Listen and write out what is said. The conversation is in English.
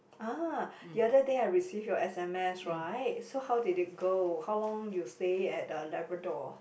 !ah! the other day I receive your s_m_s right so how did it go how long you stay at the Labrador